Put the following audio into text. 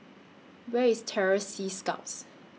Where IS Terror Sea Scouts